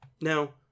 Now